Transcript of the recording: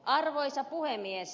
arvoisa puhemies